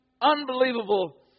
unbelievable